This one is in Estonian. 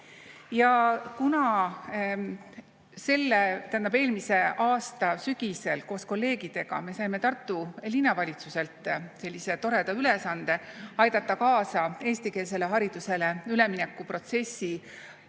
sõna ka sellest. Kuna eelmise aasta sügisel koos kolleegidega me saime Tartu Linnavalitsuselt toreda ülesande aidata kaasa eestikeelsele haridusele üleminekuprotsessile